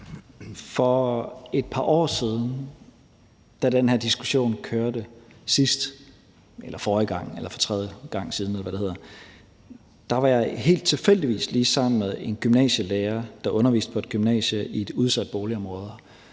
For et par år siden, da den her diskussion kørte sidst, eller forrige gang, den kørte, eller for flere gange siden, var jeg helt tilfældigvis lige sammen med en gymnasielærer, der underviste på et gymnasie i et udsat boligområde.